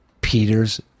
Peter's